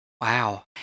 Wow